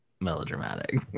melodramatic